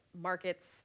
markets